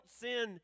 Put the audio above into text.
sin